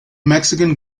mexican